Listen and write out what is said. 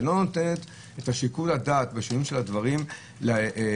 היא לא נותנת את שיקול הדעת ושילוב הדברים לכנסת.